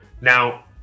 Now